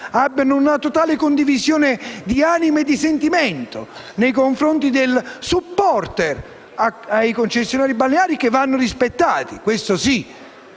Vi è una totale condivisione di anime e sentimento nei confronti dei *supporter* dei concessionari balneari, che vanno rispettati - questo sì